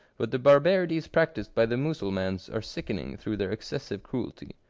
but the barbarities practised by the mussulmans are sickening through their excessive cruelty.